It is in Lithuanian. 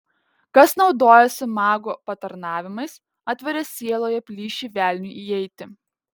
kas naudojasi magų patarnavimais atveria sieloje plyšį velniui įeiti